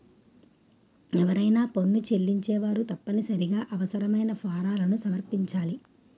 ఎవరైనా పన్ను చెల్లించేవారు తప్పనిసరిగా అవసరమైన ఫారాలను సమర్పించాలి